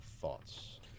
Thoughts